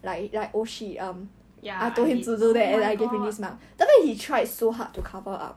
ya oh my god